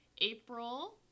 April